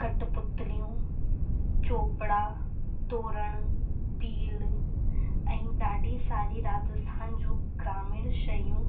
कट्टपुतलियूं चोपड़ा तोरण बील ऐं ॾाढी सारी राजस्थान जूं ग्रामीण शयूं